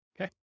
Okay